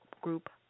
Group